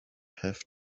have